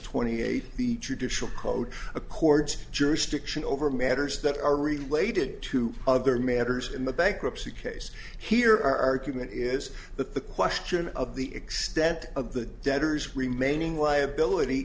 twenty eight the traditional code accords jurisdiction over matters that are related to other matters in the bankruptcy case here argument is that the question of the extent of the debtors remaining liability